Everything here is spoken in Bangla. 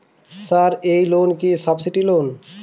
স্যার এই লোন কি সাবসিডি লোন?